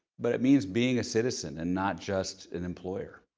but it means being a citizen and not just an employer.